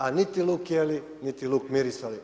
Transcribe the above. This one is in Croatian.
A niti luk jeli niti luk mirisali.